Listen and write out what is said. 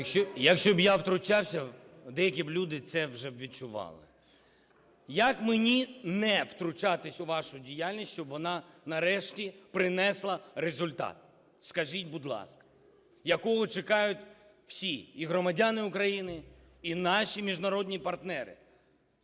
Якщо б я втручався, деякі б люди це вже відчували. Як мені не втручатися у вашу діяльність, щоб вона нарешті принесла результат, скажіть, будь ласка? Якого чекають всі: і громадяни України, і наші міжнародні партнери,